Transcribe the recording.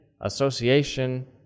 association